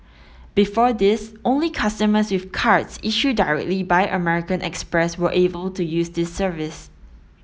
before this only customers with cards issued directly by American Express were able to use the service